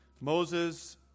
Moses